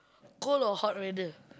cold or hot weather